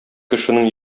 кешенең